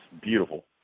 beautiful